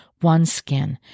OneSkin